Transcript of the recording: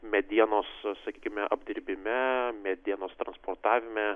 medienos sakykime apdirbime medienos transportavime